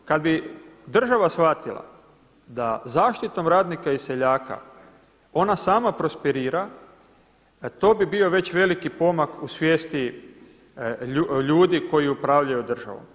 Kad bi država shvatila da zaštitom radnika i seljaka ona sama prosperira to bi bio već veliki pomak u svijesti ljudi koji upravljaju državom.